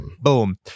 Boom